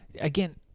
again